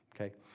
okay